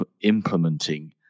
implementing